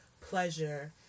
pleasure